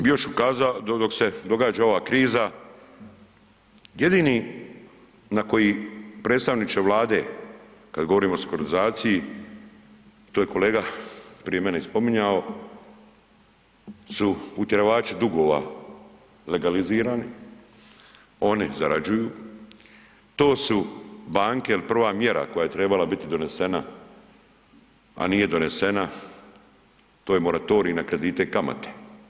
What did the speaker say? U isto vrijeme bi još ukazao dok se događa ova kriza, jedini na koji predstavniče Vlade kada govorimo o sekuritizaciji to je kolega prije mene i spominjao su utjerivači dugova legalizirani, oni zarađuju, to su banke jel prva mjera koja je trebala biti donesena, a nije donesena to je moratorij na kredite kamate.